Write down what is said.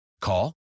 Call